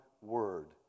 word